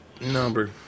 number